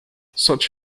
such